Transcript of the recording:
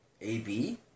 AB